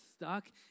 stuck